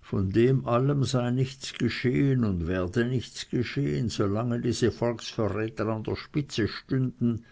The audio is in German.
von dem allem sei nichts geschehen und werde nichts geschehen so lange diese volksverräter an der spitze stünden